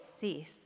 cease